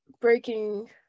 breaking